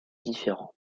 différents